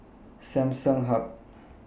Samsung Hub